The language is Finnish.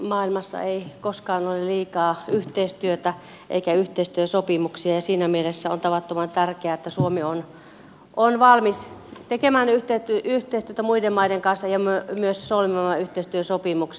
maailmassa ei koskaan ole liikaa yhteistyötä eikä yhteistyösopimuksia ja siinä mielessä on tavattoman tärkeää että suomi on valmis tekemään yhteistyötä muiden maiden kanssa ja myös solmimaan yhteistyösopimuksia